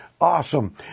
Awesome